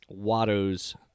Watto's